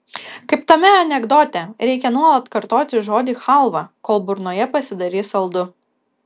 kaip tame anekdote reikia nuolat kartoti žodį chalva kol burnoje pasidarys saldu